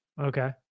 Okay